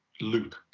loop